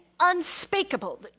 Unspeakable